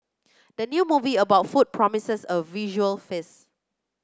the new movie about food promises a visual face